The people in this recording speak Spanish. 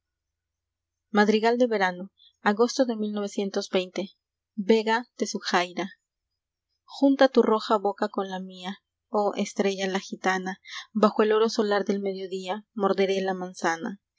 a n o agosto de ega de zujaira junta tu roja boca con la mía oh estrella la gitana bajo el oro solar del mediodía morderé la manzana